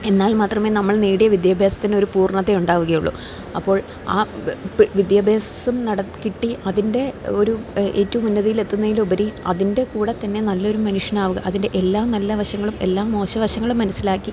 എന്നാൽ മാത്രമേ നമ്മൾ നേടിയ വിദ്യാഭ്യാസത്തിന് ഒരു പൂർണ്ണത ഉണ്ടാവുകയുള്ളൂ അപ്പോൾ ആ വിദ്യാഭ്യാസം കിട്ടി അതിൻ്റെ ഒരു ഏറ്റവുമുന്നതിയിൽ എത്തുന്നതിലുപരി അതിൻ്റെ കൂടെ തന്നെ നല്ലൊരു മനുഷ്യനാവുക അതിൻ്റെ എല്ലാ നല്ല വശങ്ങളും എല്ലാ മോശവശങ്ങളും മനസ്സിലാക്കി